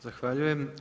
Zahvaljujem.